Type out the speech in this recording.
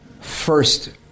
first